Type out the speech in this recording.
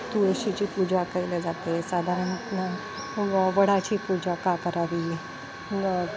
तुळशीची पूजा केली जाते साधारण व वडाची पूजा का करावी मग